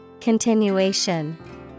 Continuation